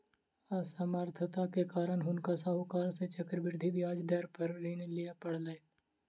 असमर्थता के कारण हुनका साहूकार सॅ चक्रवृद्धि ब्याज दर पर ऋण लिअ पड़लैन